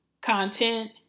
content